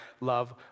love